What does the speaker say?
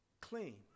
clean